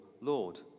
Lord